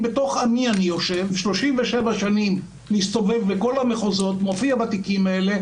בתוך עמי אני יושב ו-37 שנים מסתובב בכל המחוזות ומופיע בכל התיקים האלה